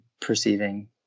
perceiving